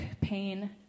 pain